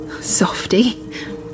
Softy